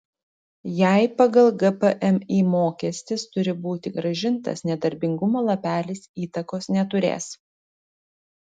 jei pagal gpmį mokestis turi būti grąžintas nedarbingumo lapelis įtakos neturės